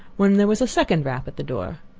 when there was a second rap at the door.